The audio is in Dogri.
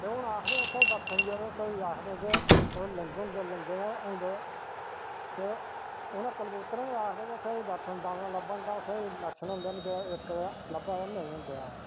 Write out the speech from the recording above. ते हून आखदे उत्थै दर्शन जेहड़े स्हेई आक्खदे उऐ लिंग होंदे लिंगे दे गै होंदे ते उंहे कबूतरे दे लेई आखदे तां स्हेई दर्शन होंदे ना जेकर इक लब्भे ते नेई होंदे ना